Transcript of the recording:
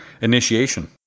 initiation